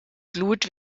glut